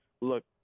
look